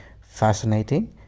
fascinating